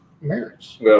marriage